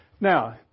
Now